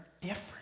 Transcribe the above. different